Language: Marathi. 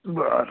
बरं